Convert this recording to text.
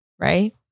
Right